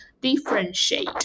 differentiate